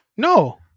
No